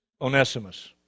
Onesimus